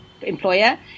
Employer